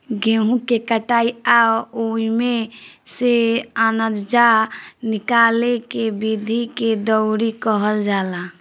गेहूँ के कटाई आ ओइमे से आनजा निकाले के विधि के दउरी कहल जाला